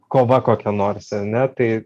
kova kokia nors ar ne tai